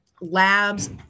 labs